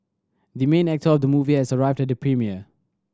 the main actor of the movie has arrived the premiere